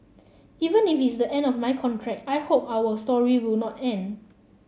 even if it's the end of my contract I hope our story will not end